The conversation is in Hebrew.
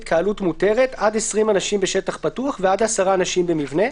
"התקהלות מותרת" עד 20 אנשים בשטח פתוח ועד 10 אנשים במבנה,